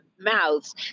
mouths